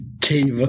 cave